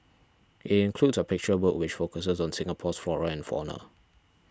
it includes a picture book which focuses on Singapore's flora and fauna